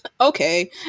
okay